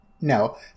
no